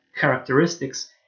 characteristics